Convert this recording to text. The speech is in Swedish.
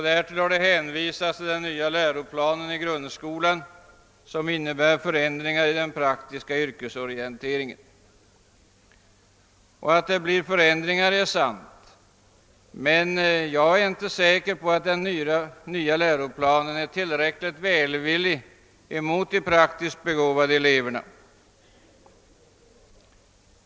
Därtill har hänvisats till den nya läroplanen i grundskolan, som innebär förändringar i den praktiska yrkesorienteringen. Att det blir förändringar är sant, men jag är inte säker på att den nya läroplanen är tillräckligt välvillig mot de praktiskt begåvade eleverna.